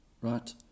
Right